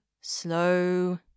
slow